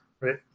right